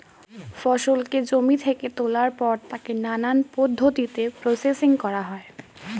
ফসলকে জমি থেকে তোলার পর তাকে নানান পদ্ধতিতে প্রসেসিং করা হয়